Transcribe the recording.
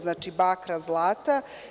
Znači, bakra, zlata.